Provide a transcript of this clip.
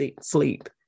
sleep